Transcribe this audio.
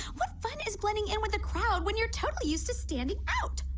what fun is blending in with a clown when you're totally used to standing out?